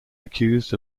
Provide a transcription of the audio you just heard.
accused